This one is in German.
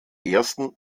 ersten